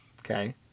Okay